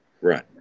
Right